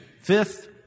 Fifth